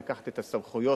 לקחת את הסמכויות,